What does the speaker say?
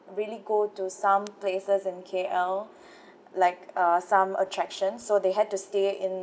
really go to some places in K_L like uh some attractions so they had to stay in